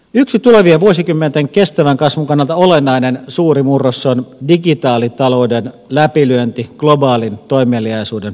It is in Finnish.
yksi tulevien vuosikymmenten kestävän kasvun kannalta olennainen suuri murros on digitaalitalouden läpilyönti globaalin toimeliaisuuden perustana